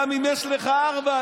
גם אם יש לך ארבעה,